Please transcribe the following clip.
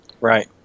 Right